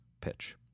pitch